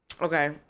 Okay